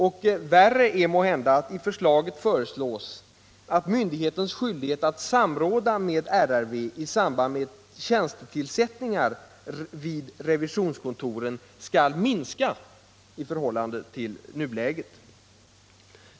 I förslaget sägs vidare — vilket måhända är värre — att myndighetens skyldighet att samråda med RRV i samband med tjänstetillsättningar vid revisionskontoren skall minska i förhållande till nuläget.